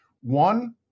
One-